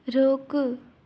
रोकु